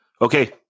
Okay